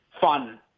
fun